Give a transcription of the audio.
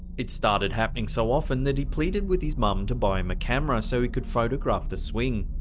it started happening so often, that he pleaded with his mom to buy him a camera, so he could photograph the swing.